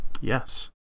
Yes